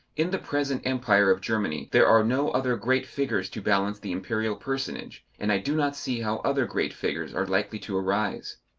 in the present empire of germany there are no other great figures to balance the imperial personage, and i do not see how other great figures are likely to arise.